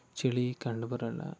ಚಳಿ ಕಂಡು ಬರಲ್ಲ